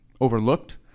overlooked